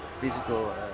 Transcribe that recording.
physical